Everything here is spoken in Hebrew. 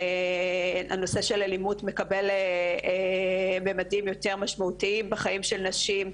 הנושא של אלימות מקבל ממדים יותר משמעותיים בחיים של נשים.